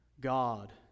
God